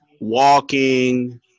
Walking